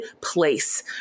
place